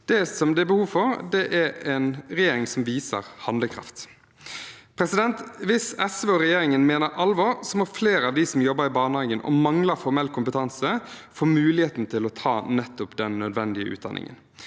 som det er behov for, er en regjering som viser handlekraft. Hvis SV og regjeringen mener alvor, må flere av dem som jobber i barnehage og mangler formell kompetanse, få muligheten til å ta nettopp den nødvendige utdanningen.